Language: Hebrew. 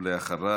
ואחריו,